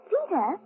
Peter